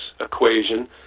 equation